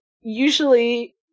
usually